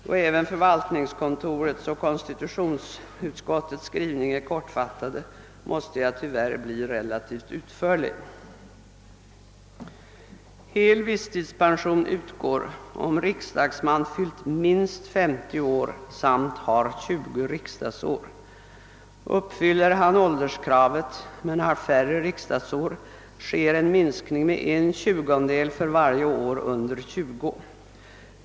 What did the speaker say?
Eftersom även förvaltningskontorets och konstitutionsutskottets skrivningar är kortfattade, måste jag tyvärr bli relativt utförlig. Hel visstidspension utgår, om riksdagsman fyllt minst 50 år samt har 20 riksdagsår. Uppfyller han ålderskravet men har färre riksdagsår, sker en minskning med en tjugondel för varje år under 20 år.